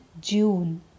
June